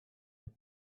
that